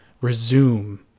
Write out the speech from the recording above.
resume